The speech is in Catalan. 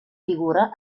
figura